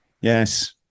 yes